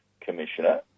Commissioner